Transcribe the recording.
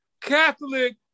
Catholic